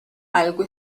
algo